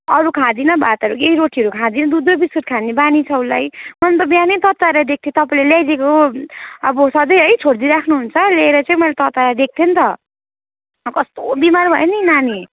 अरू खाँदैन भातहरू केही रोटीहरू खाँदैन दुध र बिस्कुट खाने बानी छ उसलाई अनि त बिहानै तताएर दिएको थिएँ तपाईँले ल्याइदिएको अब सधैँ है छोडिदिइराख्नु हुन्छ ल्याएर चाहिँ मैले तताएर दिएको थिएँ नि त कस्तो बिमार भयो नि नानी